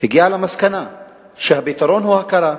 הגיעה למסקנה שהפתרון הוא הכרה,